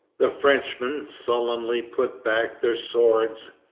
the frenchmen sullenly put back their swords.